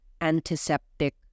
antiseptic